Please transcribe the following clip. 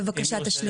בבקשה, תשלים.